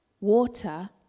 water